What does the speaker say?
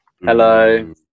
Hello